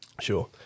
Sure